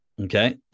Okay